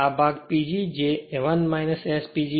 તેથી આ ભાગ છે PG જે 1 S PG